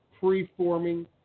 preforming